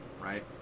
right